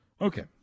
Okay